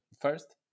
First